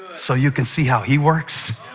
so you can see how he works?